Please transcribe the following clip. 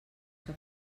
que